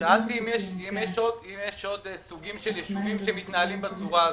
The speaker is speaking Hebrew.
שאלתי אם יש עוד סוגים של יישובים שמתנהלים בצורה הזאת?